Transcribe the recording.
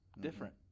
different